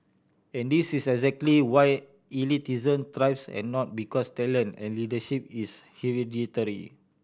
and this is exactly why elitism thrives and not because talent and leadership is hereditary